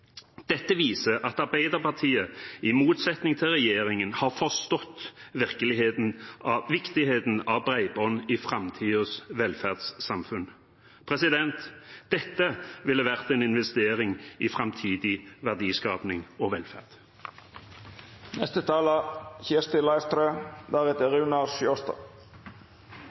Dette viser at Arbeiderpartiet, i motsetning til regjeringen, har forstått viktigheten av bredbånd i framtidens velferdssamfunn. Dette ville vært en investering i framtidig verdiskaping og velferd.